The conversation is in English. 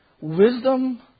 wisdom